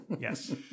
Yes